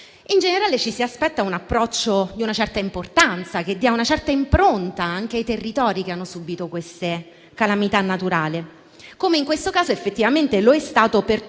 in generale ci si aspetta un approccio di una certa importanza, che dia una certa impronta anche ai territori che hanno subito queste calamità naturali ed in questo caso effettivamente è stato così per tutto